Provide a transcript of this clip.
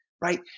right